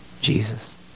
Jesus